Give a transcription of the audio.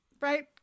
Right